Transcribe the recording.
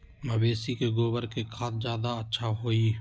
मवेसी के गोबर के खाद ज्यादा अच्छा होई?